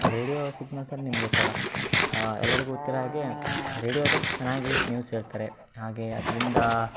radio ಸಿಗ್ನಲ್ಸಲ್ಲ ನಿಮ್ಗೆ ಗೊತ್ತಲ್ವ ಎಲ್ಲರಿಗೂ ಗೊತ್ತಿರೋ ಹಾಗೇ ರೇಡಿಯೋದಲ್ಲಿ ಚೆನ್ನಾಗಿ ನ್ಯೂಸ್ ಹೇಳ್ತಾರೆ ಹಾಗೇ ಅದರಿಂದ